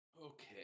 Okay